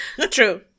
True